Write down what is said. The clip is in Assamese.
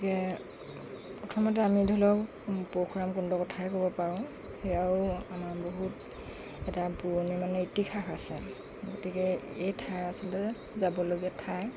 গতিকে প্ৰথমতে আমি ধৰি লওক পৰশুৰাম কুণ্ডৰ কথাই ক'ব পাৰোঁ সেয়াও আমাৰ বহুত এটা পুৰণি মানে ইতিহাস আছে গতিকে এই ঠাই আচলতে যাবলগীয়া ঠাই